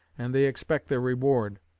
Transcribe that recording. and they expect their reward.